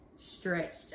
Stretched